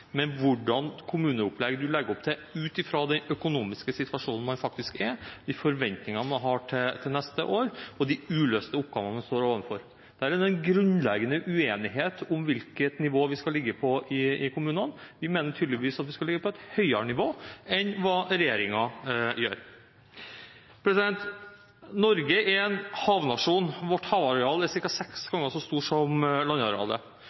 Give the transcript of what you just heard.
men hvilket kommuneopplegg man legger opp til ut fra den økonomiske situasjonen man faktisk er i, de forventningene man har til neste år, og de uløste oppgavene man står overfor. Her er det en grunnleggende uenighet om hvilket nivå vi skal ligge på i kommunene. Vi mener tydeligvis at vi skal ligge på et høyere nivå enn det regjeringen gjør. Norge er en havnasjon. Vårt havareal er ca. seks ganger så stort som landarealet.